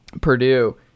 purdue